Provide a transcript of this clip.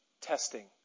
testing